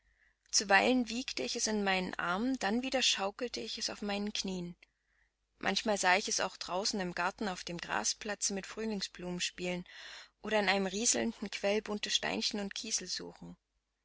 zuweilen wiegte ich es in meinen armen dann wieder schaukelte ich es auf meinen knieen manchmal sah ich es auch draußen im garten auf dem grasplatze mit frühlingsblumen spielen oder in einem rieselnden quell bunte steinchen und